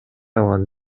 алган